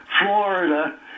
Florida